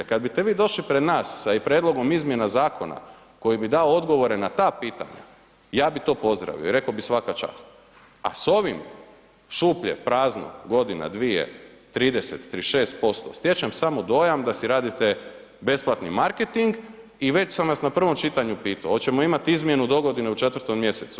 Kad biste vi došli pred nas sa prijedlogom izmjena zakona koji bi dao odgovore na ta pitanja ja bih to pozdravio i rekao bih svaka čast a s ovim šuplje, prazno, godina, dvije, 30, 36% stječem samo dojam da si radite besplatni marketing i vaš sam vas na prvom čitanju pitao, hoćemo li imati izmjenu dogodine u 4. mj?